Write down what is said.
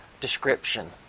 description